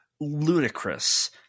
ludicrous